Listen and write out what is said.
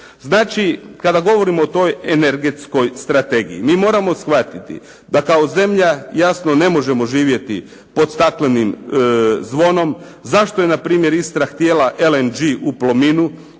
Znači, kada govorimo o toj energetskoj strategiji, mi moramo shvatiti, da kao zemlja jasno ne možemo živjeti pod staklenim zvonom. Zašto je npr. Istra htjela LNG u Plominu,